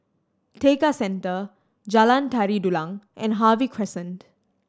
Tekka Centre Jalan Tari Dulang and Harvey Crescent